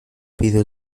pido